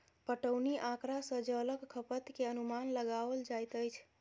पटौनी आँकड़ा सॅ जलक खपत के अनुमान लगाओल जाइत अछि